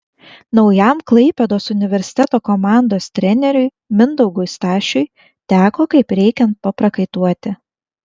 naujam klaipėdos universiteto komandos treneriui mindaugui stašiui teko kaip reikiant paprakaituoti